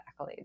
accolades